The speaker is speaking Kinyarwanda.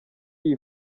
iyi